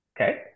Okay